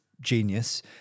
genius